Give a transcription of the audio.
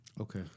Okay